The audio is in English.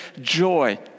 joy